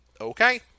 okay